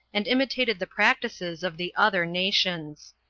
and imitated the practices of the other nations.